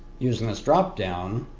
using this drop-down.